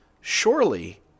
surely